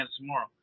tomorrow